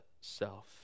self